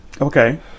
Okay